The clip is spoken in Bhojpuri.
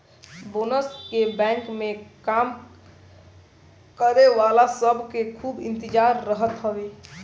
बोनस के बैंक में काम करे वाला सब के खूबे इंतजार रहत हवे